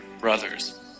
brothers